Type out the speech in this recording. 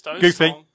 Goofy